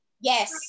Yes